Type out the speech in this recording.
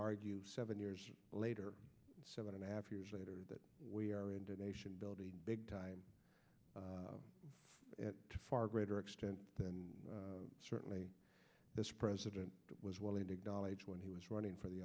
argue seven years later seven and a half years later that we are into nation building big time to far greater extent than certainly this president was willing to acknowledge when he was running for the